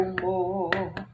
more